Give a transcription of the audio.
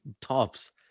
Tops